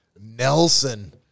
Nelson